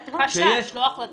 חשש, לא החלטה.